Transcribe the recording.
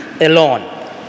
alone